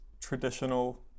traditional